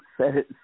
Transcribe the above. says